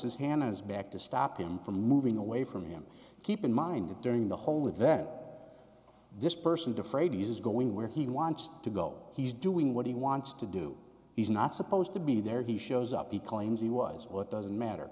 his hand on his back to stop him from moving away from him keep in mind that during the whole event this person defrayed uses going where he wants to go he's doing what he wants to do he's not supposed to be there he shows up he claims he was well it doesn't matter